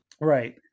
Right